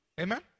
Amen